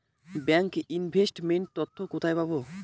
Bank investment তথ্য কোথায় পাব?